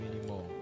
anymore